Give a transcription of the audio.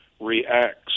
reacts